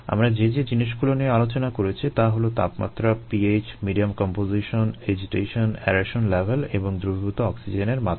আমরা যে যে জিনিসগুলো নিয়ে আলোচনা করেছি তা হলো তাপমাত্রা pH মিডিয়াম কম্পোজিশন এজিটেশন এবং অ্যারেশন লেভেল এবং দ্রবীভূত অক্সিজেনের মাত্রা